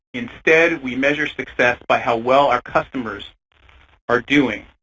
instead we measure success by how well our customers are doing.